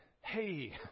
hey